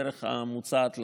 בדרך המוצעת לכם: